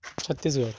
Chhattisgarh